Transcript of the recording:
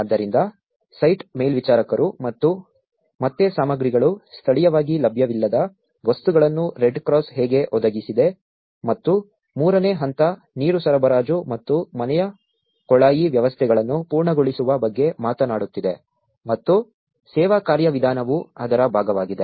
ಆದ್ದರಿಂದ ಸೈಟ್ ಮೇಲ್ವಿಚಾರಕರು ಮತ್ತು ಮತ್ತೆ ಸಾಮಗ್ರಿಗಳು ಸ್ಥಳೀಯವಾಗಿ ಲಭ್ಯವಿಲ್ಲದ ವಸ್ತುಗಳನ್ನು ರೆಡ್ಕ್ರಾಸ್ ಹೇಗೆ ಒದಗಿಸಿದೆ ಮತ್ತು ಮೂರನೇ ಹಂತ ನೀರು ಸರಬರಾಜು ಮತ್ತು ಮನೆಯ ಕೊಳಾಯಿ ವ್ಯವಸ್ಥೆಗಳನ್ನು ಪೂರ್ಣಗೊಳಿಸುವ ಬಗ್ಗೆ ಮಾತನಾಡುತ್ತಿದೆ ಮತ್ತು ಸೇವಾ ಕಾರ್ಯವಿಧಾನವು ಅದರ ಭಾಗವಾಗಿದೆ